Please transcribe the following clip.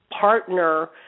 partner